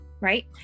right